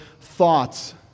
thoughts